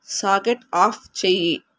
socket off చెయ్యి